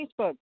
Facebook